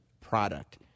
product